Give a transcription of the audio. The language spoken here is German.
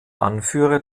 anführer